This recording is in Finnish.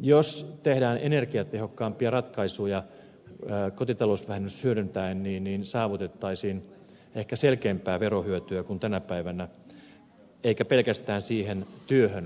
jos tehdään energiatehokkaampia ratkaisuja kotitalousvähennys hyödyntäen saavutettaisiin aidosti ehkä selkeämpää verohyötyä kuin tänä päivänä eikä pelkästään työhön kohdistuen